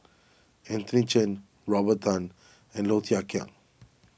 Anthony Chen Robert Tan and Low Thia Khiang